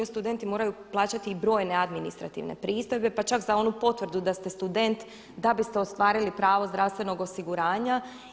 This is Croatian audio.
Studenti moraju plaćati i brojne administrativne pristojbe, pa čak za onu potvrdu da ste student da biste ostvarili pravo zdravstvenog osiguranja.